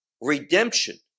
redemption